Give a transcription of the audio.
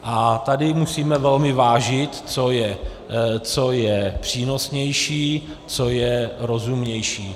A tady musíme velmi vážit, co je přínosnější, co je rozumnější.